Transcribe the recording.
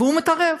והוא מתערב.